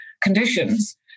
conditions